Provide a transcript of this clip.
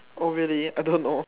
oh really I don't know